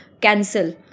Cancel